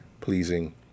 pleasing